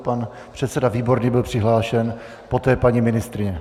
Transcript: Pan předseda Výborný byl přihlášen, poté paní ministryně.